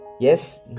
Yes